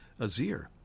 Azir